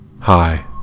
Hi